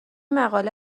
مقاله